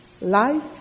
Life